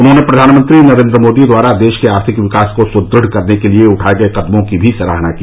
उन्होंने प्रधानमंत्री नरेन्द्र मोदी द्वारा देश के आर्थिक विकास को सुदृढ़ करने के लिये उठाये गये कदमों की सराहना की